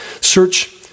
Search